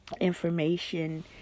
information